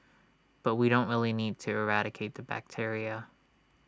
but we don't really need to eradicate the bacteria